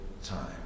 time